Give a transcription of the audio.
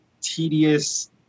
tedious